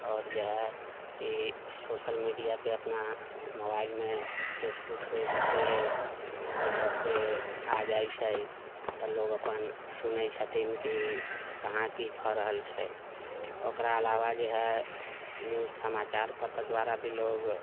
आओर जे हइ ई सोशल मीडियापे अपना मोबाइलमे फेसबुक पेज जाहिसे एहि सभ पे आ जाइ छै तऽ लोग अपन सुनै छथिन कि कहाँ की भऽ रहल छै ओकरा अलावा जे है न्यूज समाचार पत्र दुआरा भी लोग